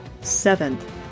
Seventh